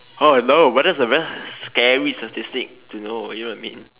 oh no but that's a very scary statistic to know you know what I mean